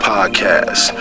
Podcast